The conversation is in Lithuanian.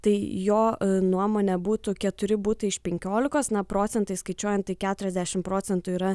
tai jo nuomone būtų keturi butai iš penkiolikos na procentais skaičiuojant tai keturiasdešim procentų yra